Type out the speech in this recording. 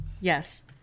Yes